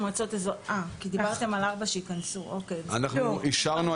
אנחנו אישרנו,